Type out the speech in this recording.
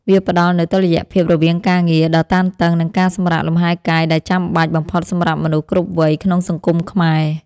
វាផ្ដល់នូវតុល្យភាពរវាងការងារដ៏តានតឹងនិងការសម្រាកលំហែកាយដែលចាំបាច់បំផុតសម្រាប់មនុស្សគ្រប់វ័យក្នុងសង្គមខ្មែរ។